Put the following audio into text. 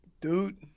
Dude